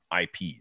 IPs